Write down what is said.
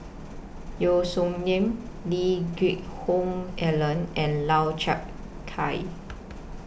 Yeo Song Nian Lee Geck Hoon Ellen and Lau Chiap Khai